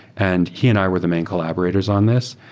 and he and i were the main collaborators on this.